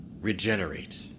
regenerate